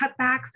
cutbacks